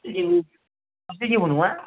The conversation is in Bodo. जेबो जेबो नङा